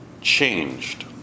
changed